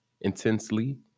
intensely